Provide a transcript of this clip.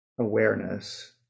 awareness